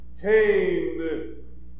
Cain